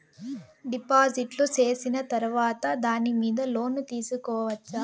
డిపాజిట్లు సేసిన తర్వాత దాని మీద లోను తీసుకోవచ్చా?